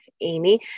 Amy